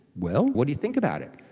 well, what do you think about it?